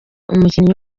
umukinnyi